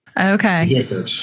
Okay